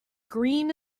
green